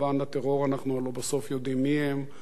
אנחנו הלוא בסוף יודעים מי הם ומה הם,